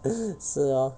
是 lor